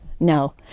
No